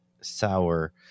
sour